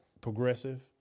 progressive